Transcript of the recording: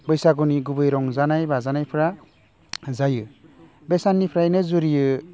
बैसागुनि गुबै रंजानाय बाजानायफ्रा जायो बे साननिफ्रायनो जुरियो